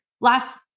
last